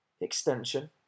extension